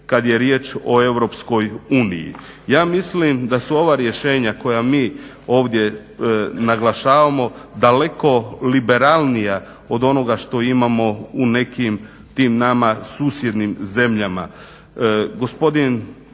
kad je riječ o EU. Ja mislim da su ova rješenja koja mi ovdje naglašavamo daleko liberalnija od onoga što imamo u nekim tim nama susjednim zemljama.